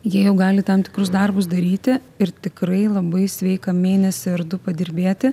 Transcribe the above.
jie jau gali tam tikrus darbus daryti ir tikrai labai sveika mėnesį ar du padirbėti